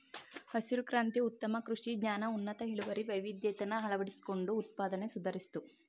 ಹಸಿರು ಕ್ರಾಂತಿ ಉತ್ತಮ ಕೃಷಿ ಜ್ಞಾನ ಉನ್ನತ ಇಳುವರಿ ವೈವಿಧ್ಯತೆನ ಅಳವಡಿಸ್ಕೊಂಡು ಉತ್ಪಾದ್ನೆ ಸುಧಾರಿಸ್ತು